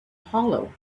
hollow